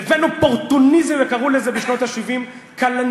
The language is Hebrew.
לבין אופורטוניזם, וקראו לזה בשנות ה-70 כלנתריזם,